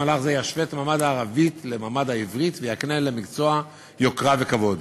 מהלך זה ישווה את מעמד הערבית למעמד העברית ויקנה למקצוע יוקרה וכבוד,